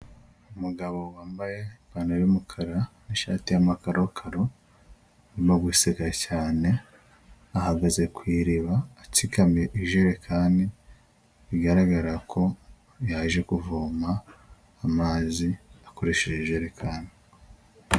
Umugabo wambaye ipantaro y'umukara, n'ishati y'amakarokaro, arimo guseka cyane, ahagaze ku iriba, atsikamiye ijerekani, bigaragara ko yaje kuvoma amazi akoresheje ijerekani.